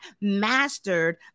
mastered